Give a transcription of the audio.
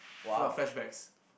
ya flashbacks